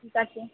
ঠিক আছে